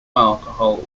alcohol